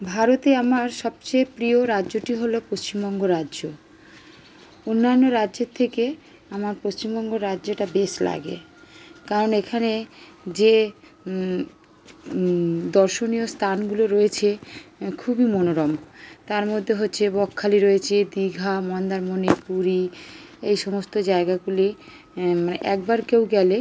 ভারতে আমার সবচেয়ে প্রিয় রাজ্যটি হল পশ্চিমবঙ্গ রাজ্য অন্যান্য রাজ্যের থেকে আমার পশ্চিমবঙ্গ রাজ্যটা বেশ লাগে কারণ এখানে যে দর্শনীয় স্থানগুলো রয়েছে খুবই মনোরম তার মধ্যে হচ্ছে বকখালি রয়েছে দীঘা মন্দারমনি পুরী এই সমস্ত জায়গাগুলি একবার কেউ গেলে